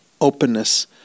openness